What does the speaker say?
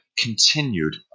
continued